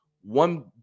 one